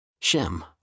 Shem